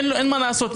אין מה לעשות.